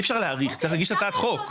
אי אפשר להאריך, צריך להגיש הצעת חוק.